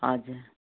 हजुर